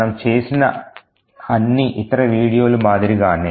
మనము చేసిన అన్ని ఇతర వీడియోల మాదిరిగానే